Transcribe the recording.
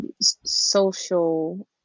social